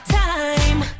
time